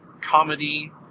comedy